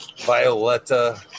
Violetta